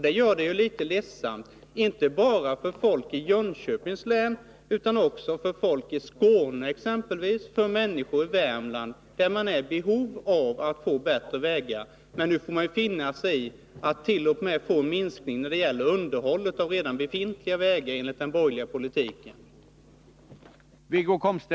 Det gör det litet ledsamt, inte bara för folk i Jönköpings län utan också för folk i exempelvis Skåne och Värmland, där man har behov av bättre vägar. Men enligt den borgerliga politiken får man t.o.m. finna sig i en minskning av underhållet av redan befintliga vägar.